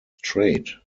trade